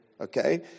Okay